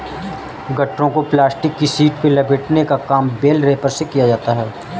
गट्ठरों को प्लास्टिक की शीट में लपेटने का काम बेल रैपर से किया जाता है